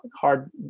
hard